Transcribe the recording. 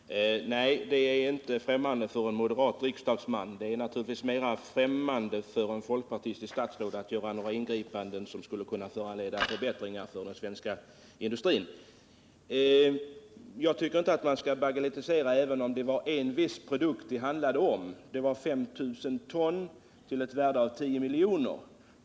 Herr talman! Nej, herr industriminister, detta är inte fftämmande för en moderat riksdagsman. Det är naturligtvis mer främmande för ett folkpartistiskt statsråd att göra några ingripanden som skulle kunna föranleda förbättringar för den svenska industrin. Jag tycker inte man skall bagatellisera den här frågan även om det var bara en viss produkt det handlade om. Det gällde dock 5 000 ton till ett värde av 10 miljoner.